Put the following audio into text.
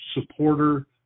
supporter